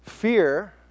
Fear